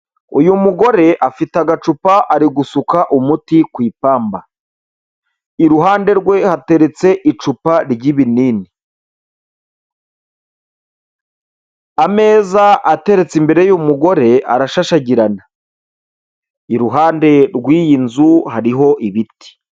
Uyu mugore afite agacupa ari gusuka umuti ku ipamba, iruhande rwe hateretse icupa ry'ibinini, ameza ateretse imbere y'uyu arashashagirana, iruhande rw'iyi nzu hariho ibiti.